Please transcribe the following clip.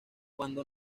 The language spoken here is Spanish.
cuando